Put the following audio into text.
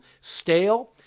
stale